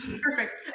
Perfect